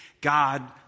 God